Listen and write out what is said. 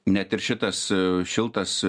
net ir šitas šiltas